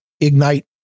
Ignite